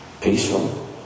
peaceful